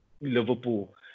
Liverpool